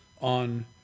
on